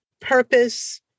purpose